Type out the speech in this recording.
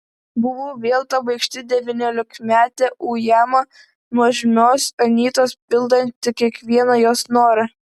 buvau vėl ta baikšti devyniolikmetė ujama nuožmios anytos pildanti kiekvieną jos norą